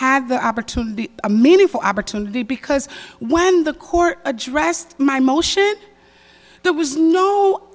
have the opportunity a meaningful opportunity because when the court addressed my motion there was no